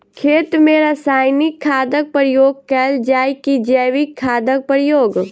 खेत मे रासायनिक खादक प्रयोग कैल जाय की जैविक खादक प्रयोग?